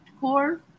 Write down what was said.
core